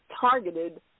targeted